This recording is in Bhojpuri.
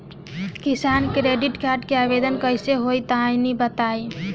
किसान क्रेडिट कार्ड के आवेदन कईसे होई तनि बताई?